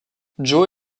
joe